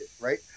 right